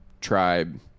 tribe